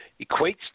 equates